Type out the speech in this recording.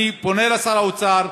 אני פונה לשר האוצר: